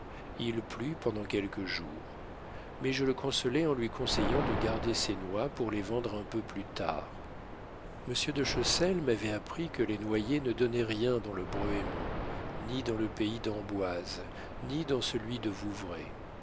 il plut pendant quelques jours mais je le consolai en lui conseillant de garder ses noix pour les vendre un peu plus tard monsieur de chessel m'avait appris que les noyers ne donnaient rien dans le brehémont ni dans le pays d'amboise ni dans celui de vouvray